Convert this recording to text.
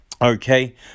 Okay